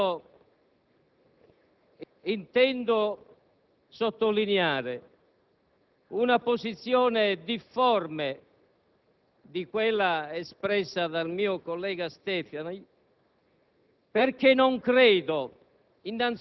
dell'impedimento dello sviluppo delle attività produttive, sia come parlare di qualcosa che sta fra gli obiettivi utopici e la fantatecnica.